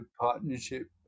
partnership